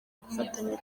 gufatanya